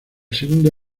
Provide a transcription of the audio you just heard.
segundo